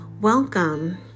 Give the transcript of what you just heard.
welcome